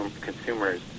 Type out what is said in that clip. consumers